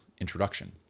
introduction